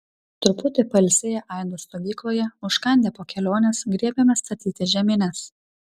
truputį pailsėję aido stovykloje užkandę po kelionės griebėmės statyti žemines